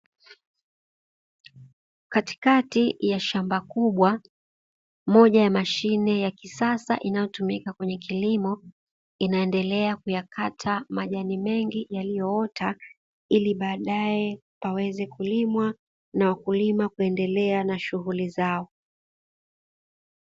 Katikati ya shamba kubwa, moja ya mashine ya kisasa inayotumika kwenye kilimo inaendelea kuyakata majani mengi yaliyoota ili baadaye paweze kulimwa na wakulima kuendelea na shughuli zao.